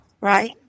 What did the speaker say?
right